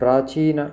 प्राचीने